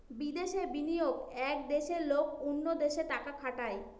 বিদেশে বিনিয়োগ এক দেশের লোক অন্য দেশে টাকা খাটায়